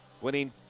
winning